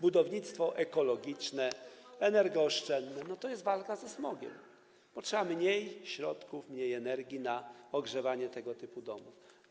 Budownictwo ekologiczne, energooszczędne, to jest walka ze smogiem, bo trzeba mniej środków, mniej energii na ogrzewanie tego typu domów.